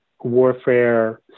warfare